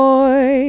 Boy